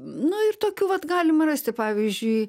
nu ir tokių vat galima rasti pavyzdžiui